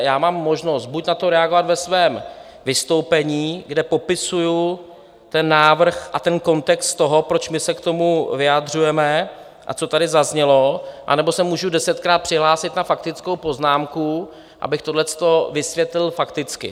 Já mám možnost buď na to reagovat ve svém vystoupení, kde popisuji ten návrh a ten kontext toho, proč se k tomu vyjadřujeme a co tady zaznělo, anebo se můžu desetkrát přihlásit na faktickou poznámku, abych tohle vysvětlil fakticky.